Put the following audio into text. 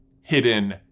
hidden